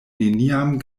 neniam